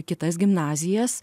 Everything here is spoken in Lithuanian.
kitas gimnazijas